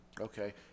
Okay